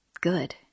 good